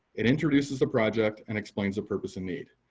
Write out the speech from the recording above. it introduces the project and explains the purpose and need.